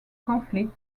conflict